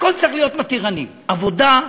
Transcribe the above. הכול צריך להיות מתירני: עבודה,